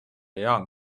jaan